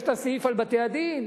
יש הסעיף על בתי-הדין,